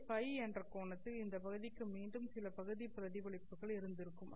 அதே Ф என்ற கோணத்தில் இந்த பகுதிக்கு மீண்டும் சில பகுதி பிரதிபலிப்புகள் இருந்திருக்கும்